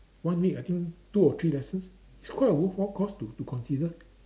one week I think two or three lessons it's quite a worthwhile course to to consider